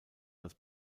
als